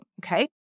okay